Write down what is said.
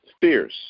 fierce